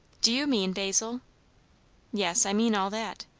do you mean, basil yes, i mean all that.